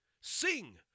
Sing